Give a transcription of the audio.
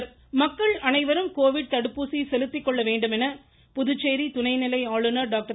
தமிழிசை வாய்ஸ் மக்கள் அனைவரும் கோவிட் தடுப்பூசி செலுத்திக்கொள்ள வேண்டுமென புதுச்சேரி துணை நிலை ஆளுநர் டாக்டர்